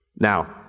Now